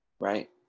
Right